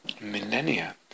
Millennia